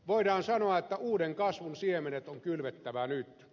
voidaan sanoa että uuden kasvun siemenet on kylvettävä nyt